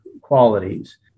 qualities